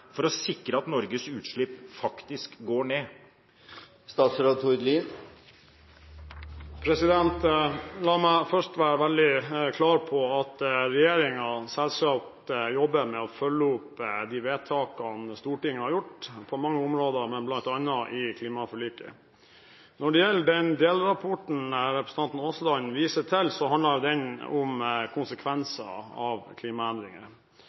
for å sikre at Norges utslipp faktisk går ned? La meg først være veldig klar på at regjeringen selvsagt jobber med å følge opp de vedtakene Stortinget har gjort, på mange områder, bl.a. i klimaforliket. Når det gjelder den delrapporten representanten Aasland viser til, handler den om konsekvenser av klimaendringer.